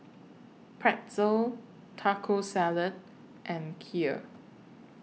Pretzel Taco Salad and Kheer